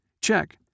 check